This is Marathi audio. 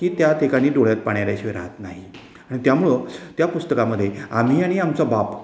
की त्या ठिकाणी डोळ्यात पाणी आल्याशिवाय राहत नाही आणि त्यामुळं त्या पुस्तकामध्ये आम्ही आणि आमचं बाप